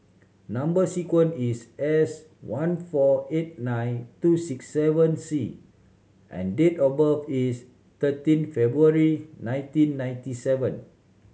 number sequence is S one four eight nine two six seven C and date of birth is thirteen February nineteen ninety seven